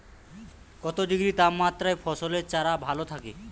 কত ডিগ্রি তাপমাত্রায় ফসলের চারা ভালো থাকে?